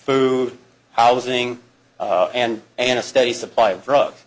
food housing and an a steady supply of drugs